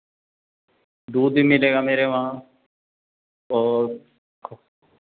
दूध ही मिलेगा मेरा वहाँ और